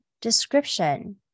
description